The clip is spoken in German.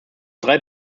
drei